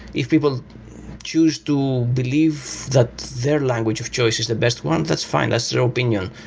if people choose to believe that their language of choice is the best one, that's fine. that's their opinion,